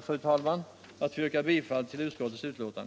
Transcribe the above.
fru talman, att få yrka bifall till utskottets hemställan.